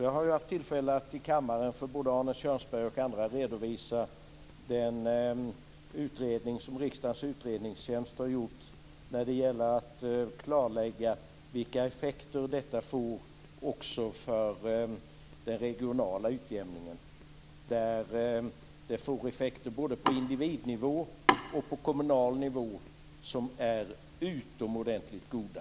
Jag har ju haft tillfälle att i kammaren för både Arne Kjörnsberg och andra redovisa den utredning som riksdagens utredningstjänst har gjort för att klarlägga vilka effekter detta får också för den regionala utjämningen. Det får effekter, både på individnivå och på kommunal nivå, som är utomordentligt goda.